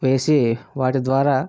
వేసి వాటి ద్వారా